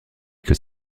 que